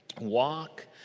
Walk